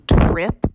trip